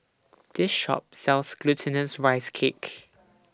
This Shop sells Glutinous Rice Cake